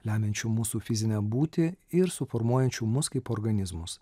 lemiančių mūsų fizinę būtį ir suformuojančių mus kaip organizmus